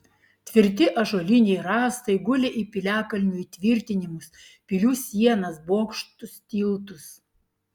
tvirti ąžuoliniai rąstai gulė į piliakalnių įtvirtinimus pilių sienas bokštus tiltus